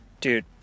dude